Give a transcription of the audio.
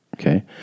Okay